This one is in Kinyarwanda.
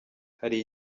hari